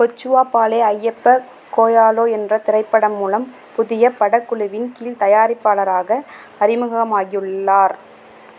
Kochavva Paulo Ayyappa Coelho என்ற திரைப்படம் மூலம் புதிய படக் குழுவின் கீழ் தயாரிப்பாளராக அறிமுகமாகியுள்ளார்